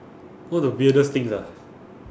one of the weirdest thing ah